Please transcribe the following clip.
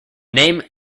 name